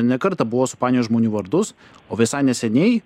ne kartą buvo supainiojęs žmonių vardus o visai neseniai